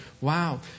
wow